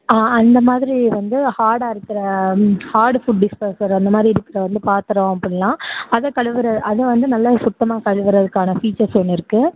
அந்த மாதிரி வந்து ஹார்டாக இருக்கிற ஹார்டு ஃபுட் டிஷ் வாஷர் அந்த மாதிரி இருக்கிற வந்து பாத்திரம் அப்படிலாம் அதை கழுவுகிற அதை வந்து நல்லா சுத்தமாக கழுவுகிறதுக்கான ஃபீச்சர்ஸ் ஒன்று இருக்குது